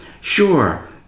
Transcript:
Sure